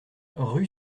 rue